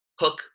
hook